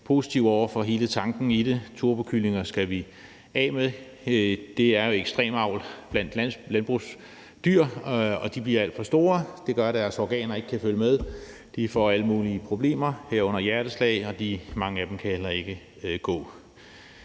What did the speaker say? positive over for hele tanken i det. Turbokyllinger skal vi af med. Det er ekstrem avl af landbrugsdyr. De bliver alt for store. Det gør, at deres organer ikke kan følge med. De får alle mulige problemer, herunder problemer med hjerteslag, og mange af dem kan heller ikke gå.